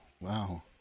wow